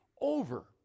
over